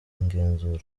igenzura